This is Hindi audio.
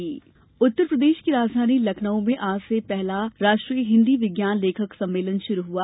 विज्ञान सम्मेलन उत्तर प्रदेश की राजधानी लखनउ में आज से पहला राष्ट्रीय हिन्दी विज्ञान लेखक सम्मेलन शुरू हुआ